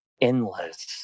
endless